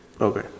Okay